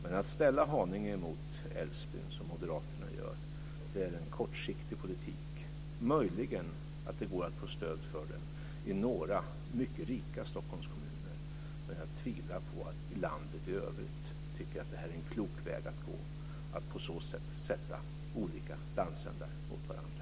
Men att ställa Haninge mot Älvsbyn, som Moderaterna gör, är en kortsiktig politik. Möjligen går det att få stöd för den i några mycket rika Stockholmskommuner, men jag tvivlar på att landet i övrigt tycker att det är en klok väg att gå att på det här viset sätta olika landsändar mot varandra.